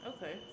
Okay